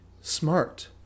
smart